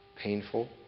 painful